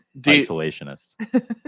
isolationist